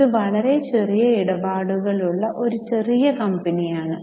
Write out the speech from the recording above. ഇത് വളരെ ചെറിയ ഇടപാടുകൾ ഉള്ള ഒരു ചെറിയ കമ്പനിയാണ്